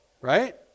right